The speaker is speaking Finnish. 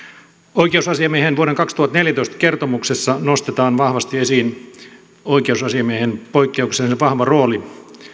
oikeusasiamiehen vuoden kaksituhattaneljätoista kertomuksessa nostetaan vahvasti esiin oikeusasiamiehen poikkeuksellisen vahva rooli